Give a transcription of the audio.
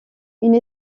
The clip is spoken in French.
une